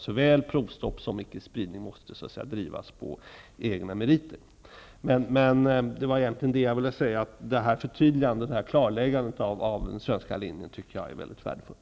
Såväl provstopp som icke-spridning måste drivas på egna meriter. Jag tycker att klarläggandet av den svenska linjen är mycket värdefull.